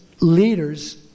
leaders